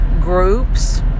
groups